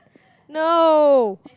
no